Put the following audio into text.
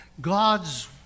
God's